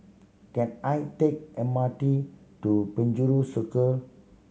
can I take M R T to Penjuru Circle